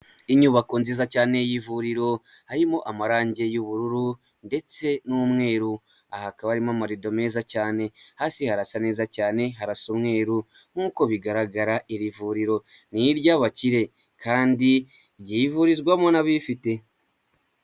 Inyubako nziza cyane y'ivuriro, harimo amarangi y'ubururu ndetse n'umweru, aha hakaba harimo amarido meza cyane, hasi harasa neza cyane harasa umweru, nkuko bigaragara iri vuriro ni iry'abakire, kandi ryivurizwamo n'abifite.